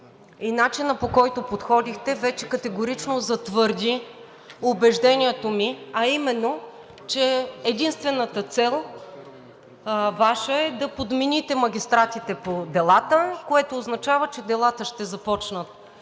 и начинът, по който подходихте, вече категорично затвърди убеждението ми, а именно, че единствената Ваша цел е да подмените магистратите по делата, което означава, че делата ще започнат